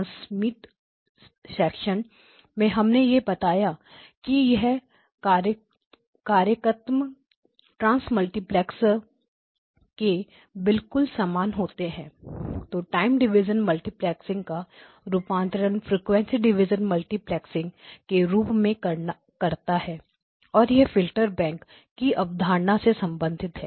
transmitter section में हमने यह बताया कि यह कार्यात्मक ट्रांस मल्टीप्लैक्सर के बिल्कुल समान होता है जो टाइम डिविजन मल्टीप्लेक्सिंग का रूपांतरण फ्रिकवेंसी डिविजन मल्टीप्लेक्सिंग के रूप में करता है और यह फिल्टर बैंक की अवधारणा से संबंधित है